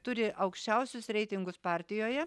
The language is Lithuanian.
turi aukščiausius reitingus partijoje